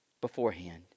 beforehand